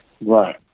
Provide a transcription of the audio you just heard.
Right